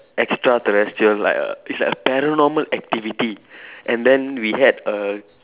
extraterrestrial like err it's like a paranormal activity and then we had a